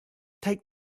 take